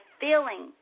feeling